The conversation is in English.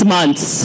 Months